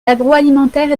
l’agroalimentaire